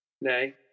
Nay